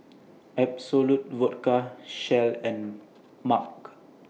Absolut Vodka Shell and MAG